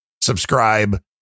subscribe